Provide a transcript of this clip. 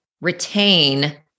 retain